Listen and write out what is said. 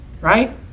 Right